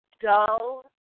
dull